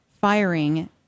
firing